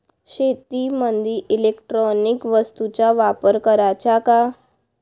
शेतीमंदी इलेक्ट्रॉनिक वस्तूचा वापर कराचा का?